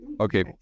Okay